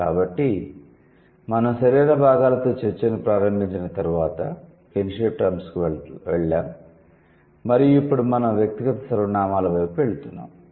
కాబట్టి మనం శరీర భాగాలతో చర్చను ప్రారంభించిన తర్వాత కిన్షిప్ టర్మ్స్ కు వెళ్ళాం మరియు ఇప్పుడు మనం వ్యక్తిగత సర్వనామాల వైపు వెళ్తున్నాము